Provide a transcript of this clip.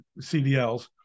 CDLs